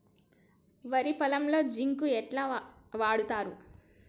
వరి పొలంలో జింక్ ఎట్లా వాడుతరు?